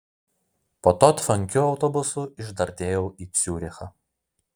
po to tvankiu autobusu išdardėjau į ciurichą